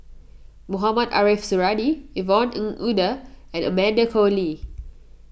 Mohamed Ariff Suradi Yvonne Ng Uhde and Amanda Koe Lee